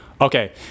okay